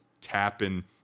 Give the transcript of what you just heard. tapping